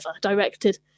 directed